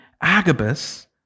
Agabus